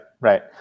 right